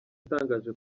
yatangaje